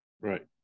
Right